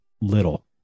little